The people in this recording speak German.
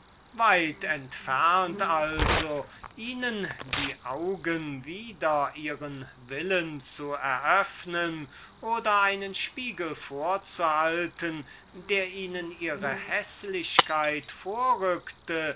weit entfernt also ihnen die augen wider ihren willen zu eröffnen oder ihnen einen spiegel vorzuhalten der ihnen ihre häßlichkeit vorrückte